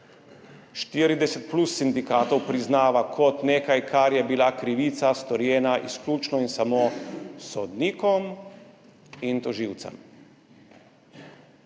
40 plus sindikatov priznava kot nekaj, kar je bila krivica, storjena izključno in samo sodnikom in tožilcem.